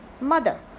mother